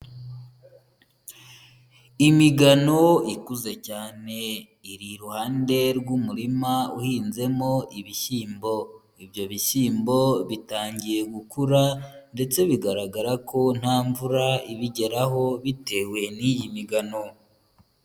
imigano ikuze cyane. iri iruhande rw'umurima uhinzemo ibishyimbo. ibyo bishyimbo bitangiye gukura ndetse bigaragara ko ntamvura ibigeraho, bitewe n'iyi migano.